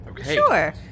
Sure